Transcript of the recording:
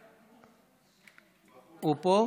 הוא פה?